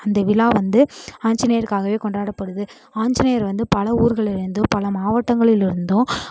அந்த விழா வந்து ஆஞ்சிநேயரருக்காகவே கொண்டாடப்படுது ஆஞ்சநேயர் வந்து பல ஊர்களிலிருந்தும் பல மாவட்டங்களிலிருந்தும்